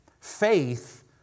Faith